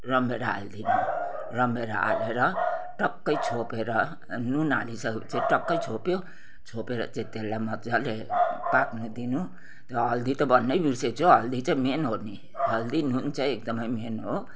रमभेडा हाल्दिनु रमभेडा हालेर टक्कै छोपेर नुन हालिसके पछि टक्कै छोप्यो छोपेर चैं तेल्लाई मज्जाले पाक्न दिनु त्यो हल्दी त भन्नै बिर्सेछु हल्दी चै मेन हो नि हल्दी नुन चैं एकदमै मेन हो